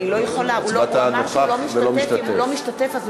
הצבעת נוכח ולא משתתף.